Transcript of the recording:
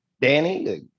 Danny